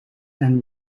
and